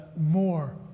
more